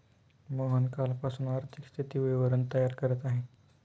मोहन कालपासून आर्थिक स्थिती विवरण तयार करत आहे